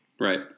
Right